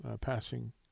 passing